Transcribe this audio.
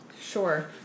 Sure